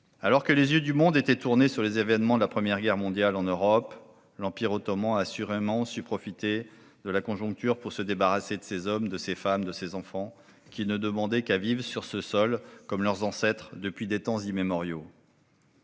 Alors que les yeux du monde étaient tournés sur les événements de la Première Guerre mondiale en Europe, l'Empire ottoman a assurément su profiter de la conjoncture pour se débarrasser de ces hommes, de ces femmes et de ces enfants qui ne demandaient qu'à vivre sur ce sol, comme leurs ancêtres depuis des temps immémoriaux.